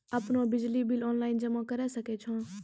आपनौ बिजली bill online जमा करै सकै छौ?